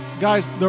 Guys